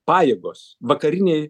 pajėgos vakarinėj